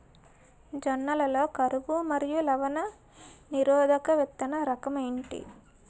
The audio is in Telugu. జొన్న లలో కరువు మరియు లవణ నిరోధక విత్తన రకం ఏంటి?